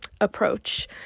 approach